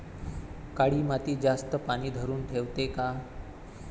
काळी माती जास्त पानी धरुन ठेवते का?